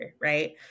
right